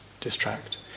distract